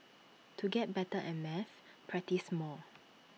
to get better at maths practise more